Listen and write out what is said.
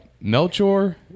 Melchor